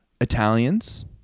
Italians